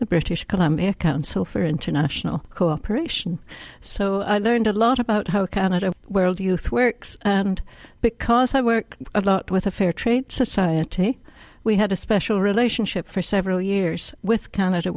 the british columbia council for international cooperation so i learned a lot about how canada where old youth where and because i work a lot with a fair trade society we had a special relationship for several years with canada